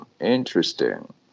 Interesting